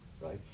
Right